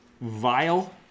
vile